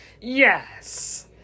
Yes